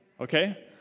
Okay